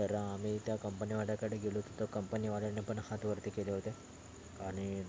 तर आम्ही त्या कंपनीवाल्याकडे गेलो तिथं कंपनीवाल्याने पण हात वरती केले होते आणि